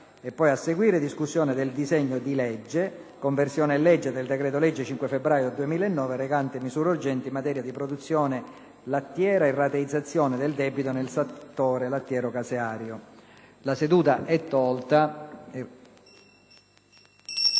La seduta e` tolta